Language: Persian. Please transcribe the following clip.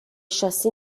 شاسی